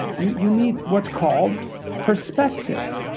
you you need what's called perspective.